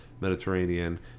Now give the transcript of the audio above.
Mediterranean